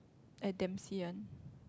at Dempsey one